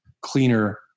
cleaner